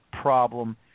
problem